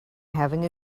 having